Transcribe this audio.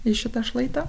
į šitą šlaitą